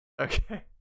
Okay